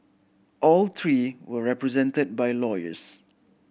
all three were represented by lawyers